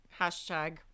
hashtag